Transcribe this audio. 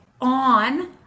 on